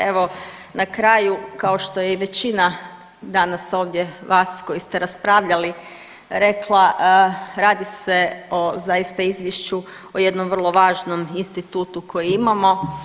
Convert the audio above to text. Evo na kraju kao što je i većina danas ovdje vas koji ste raspravljali rekla radi se o zaista izvješću, o jednom vrlo važnom institutu koji imamo.